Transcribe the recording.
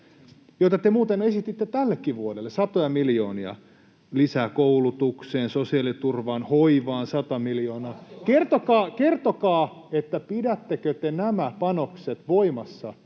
joita te muuten esititte tällekin vuodelle satoja miljoonia, lisää koulutukseen, sosiaaliturvaan, hoivaan 100 miljoonaa. [Ben Zyskowicz: Vastustatteko?] Kertokaa: pidättekö te nämä panokset voimassa